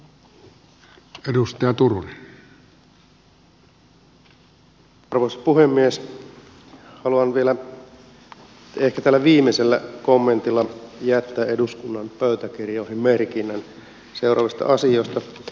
haluan vielä ehkä tällä viimeisellä kommentilla jättää eduskunnan pöytäkirjoihin merkinnän seuraavista asioista